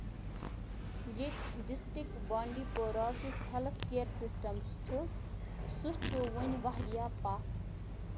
ییٚتہِ ڈِسٹرک بانڈِپورہُک یُس ہیلٕتھ کِیر سِسٹم چھُ سُہ چھُ ؤنہِ واریاہ پَتھ